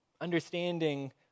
Understanding